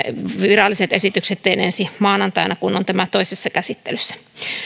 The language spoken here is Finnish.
viralliset esitykset teen sitten ensi maanantaina kun tämä on toisessa käsittelyssä